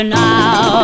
now